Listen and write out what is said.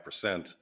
percent